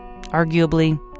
Arguably